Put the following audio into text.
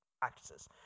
practices